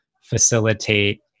facilitate